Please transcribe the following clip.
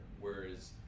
whereas